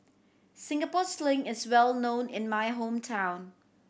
Singapore Sling is well known in my hometown